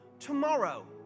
tomorrow